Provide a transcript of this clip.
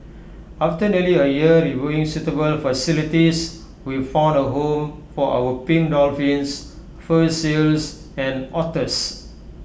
after nearly A year reviewing suitable facilities we found A home for our pink dolphins fur seals and otters